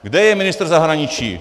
Kde je ministr zahraničí?